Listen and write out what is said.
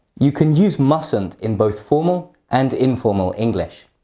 you can use mustn't in both formal and informal english.